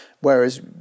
whereas